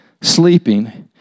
sleeping